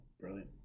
brilliant